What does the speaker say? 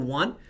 one